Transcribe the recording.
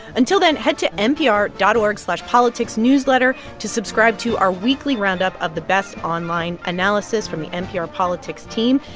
until then, head to npr dot org slash politicsnewsletter to subscribe to our weekly roundup of the best online analysis from the npr politics team.